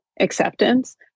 acceptance